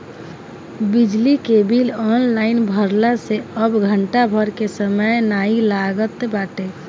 बिजली के bill online भरला से अब घंटा भर के समय नाइ लागत बाटे